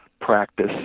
practice